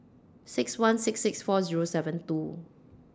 six one six six four Zero seven two